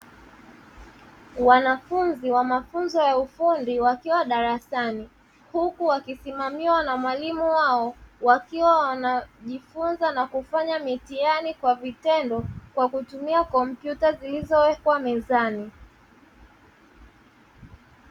Wanafunzi wa mafunzo ya ufundi wakiwa darasani, huku wakisimamiwa na mwalimu wao wakiwa wanajifunza na kufanya mitihani kwa vitendo kwa kutumia kompyuta zilizowekwa mezani.